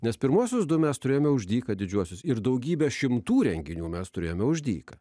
nes pirmuosius du mes turėjome už dyką didžiuosius ir daugybės šimtų renginių mes turėjome už dyka